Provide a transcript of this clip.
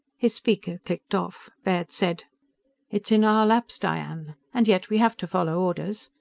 his speaker clicked off. baird said it's in our laps. diane. and yet we have to follow orders.